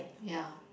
yeah